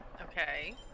Okay